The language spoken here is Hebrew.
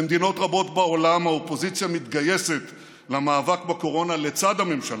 במדינות רבות בעולם האופוזיציה מתגייסת למאבק בקורונה לצד הממשלה,